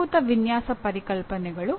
ಮೂಲಭೂತ ವಿನ್ಯಾಸ ಪರಿಕಲ್ಪನೆಗಳು